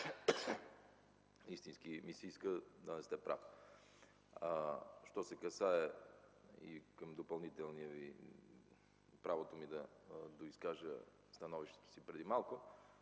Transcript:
истински ми се иска да не сте прав. Що се касае за допълнителния Ви въпрос и правото ми да доизкажа становището си преди малко,